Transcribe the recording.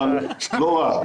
אבל לא רע.